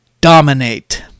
dominate